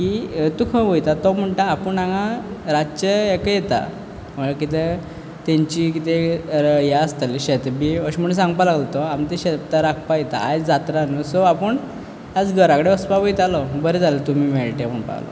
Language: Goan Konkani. की तूं खंय वयता तो म्हणटा आपूण हांगा रातचें हेका येता कितें तेंचीं कितें हें आसतालें शेत बी अशें म्हणून सांगपा लागलो तो आमचे शेत राखपा येता आयज जात्रा न्हू सो आपूण घरा कडेन वसपा वयतालो बरें जालें तुमी मेयळे ते म्हणपा लागलो